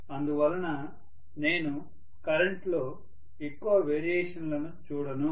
అందువల్ల నేను కరెంట్లో ఎక్కువ వేరియేషన్ లను చూడను